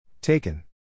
Taken